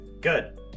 Good